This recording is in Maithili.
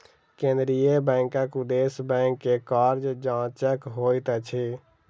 केंद्रीय बैंकक उदेश्य बैंक के कार्य जांचक होइत अछि